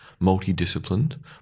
multidisciplined